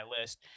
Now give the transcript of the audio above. list